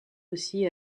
aussi